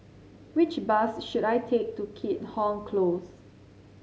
which bus should I take to Keat Hong Close